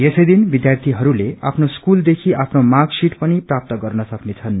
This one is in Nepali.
यसै दिन विद्यार्थीहरूले आफ्नो स्कूलदेखि आफ्नो मार्कसीट पनि प्राप्त गर्न सक्नेछन्